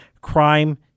crime